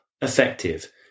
effective